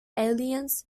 aliens